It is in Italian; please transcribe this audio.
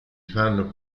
fanno